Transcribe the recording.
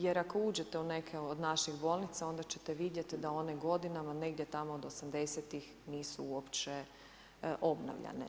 Jer ako uđete u neke od nekih od naših bolnica, onda ćete vidjeti, da one godinama, negdje tamo od '80.tih nisu uopće obnavljani.